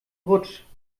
rutsch